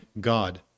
God